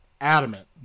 Adamant